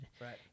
Right